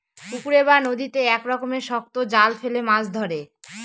পুকুরে বা নদীতে এক রকমের শক্ত জাল ফেলে মাছ ধরে